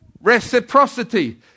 reciprocity